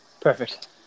Perfect